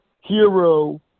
hero